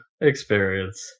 experience